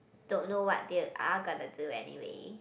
don't know what they are gonna do anyway